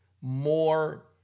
more